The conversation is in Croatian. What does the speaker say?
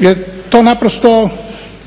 je to naprosto